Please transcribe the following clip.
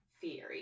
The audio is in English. theory